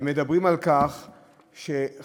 שמדברים על כך שחמישית,